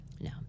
No